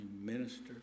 minister